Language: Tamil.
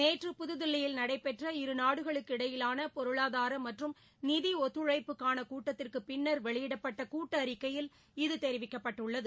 நேற்று புதுதில்லியில் நடைபெற்ற இருநாடுகளுக்கு இடையிலான பொருளாதார மற்றும் நிதி ஒத்துழைப்புக்கான கூட்டத்திற்கு பின்னர் வெளியிடப்பட்ட கூட்டறிக்கையில் இது தெரிவிக்கப்பட்டுள்ளது